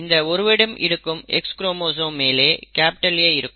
இந்த இருவரிடம் இருக்கும் X குரோமோசோம் மேலே A இருக்கும்